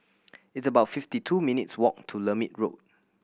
it's about fifty two minutes' walk to Lermit Road